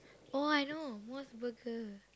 oh I know Mos-Burger